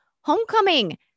homecoming